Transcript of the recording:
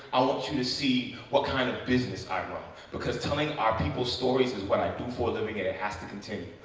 i want you to see what kind of business i run because telling our people's stories is what i do for a living and it has to continue.